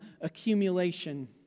accumulation